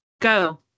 go